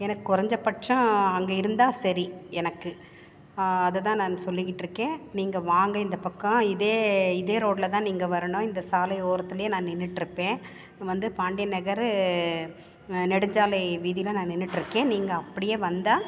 எனக்கு கொறைஞ்சபட்சோம் அங்கே இருந்தால் சரி எனக்கு அதுதான் நான் சொல்லிக்கிட்டு இருக்கேன் நீங்கள் வாங்க இந்த பக்கம் இதே இதே ரோட்டிலதான் நீங்கள் வரணும் இந்த சாலை ஓரத்திலேயே நான் நின்னுகிட்டு இருப்பேன் வந்து பாண்டியன் நகர் நெடுஞ்சாலை வீதியில நான் நின்னுகிட்டு இருக்கேன் நீங்கள் அப்படியே வந்தால்